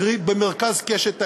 קרי: במרכז קשת האיומים,